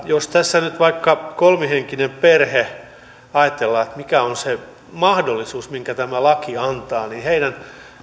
jos tässä nyt on vaikka kolmihenkinen perhe ja ajatellaan mikä on se mahdollisuus minkä tämä laki antaa niin heidän